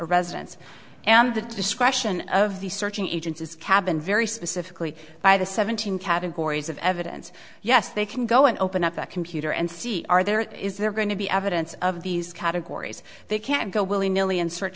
residence and the discretion of the searching agencies cabin very specifically by the seventeen categories of evidence yes they can go and open up that computer and see are there is there going to be evidence of these categories they can go willy nilly and search